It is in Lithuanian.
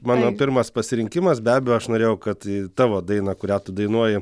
mano pirmas pasirinkimas be abejo aš norėjau kad tavo dainą kurią tu dainuoji